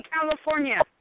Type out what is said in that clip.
California